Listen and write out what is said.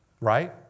Right